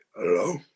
Hello